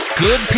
Good